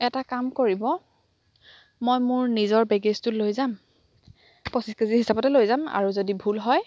এটা কাম কৰিব মই মোৰ নিজৰ বেগেজটো লৈ যাম পঁচিছ কেজি হিচাপতে লৈ যাম আৰু যদি ভুল হয়